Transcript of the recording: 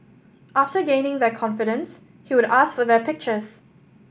after gaining their confidence he would ask for their pictures